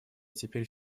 теперь